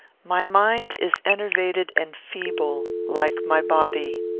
my mind is enervated and feeble, like my body.